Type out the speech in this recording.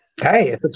Hey